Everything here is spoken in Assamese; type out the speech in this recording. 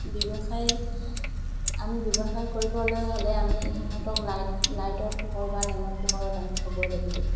ব্যৱসায় আমি ব্যৱসায় কৰিবলৈ হ'লে আমি সিহঁতক লাইট লাইটৰ পোহৰ বা লেমৰ পোহৰত আমি থ'বই লাগিব